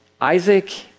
Isaac